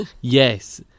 Yes